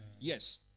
Yes